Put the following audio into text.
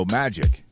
magic